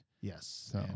Yes